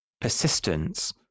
persistence